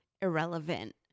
irrelevant